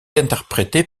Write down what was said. interprété